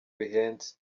bihenze